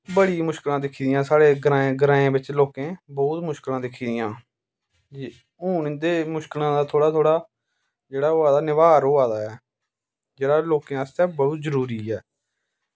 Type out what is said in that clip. बड़ी मुश्कला दिक्खी दियां साढ़े ग्राएं ग्राएं बिच्च लोकें बौह्त मुश्कलां दिक्खी दियां हून इंदे मुश्कलें दी थोह्ड़ा थोह्ड़ा जेह्ड़ा होआ दा ऐ निवार होआ दा ऐ जेह्ॅड़ा लोकें आस्तै बहुत जरूरी ऐ